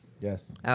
Yes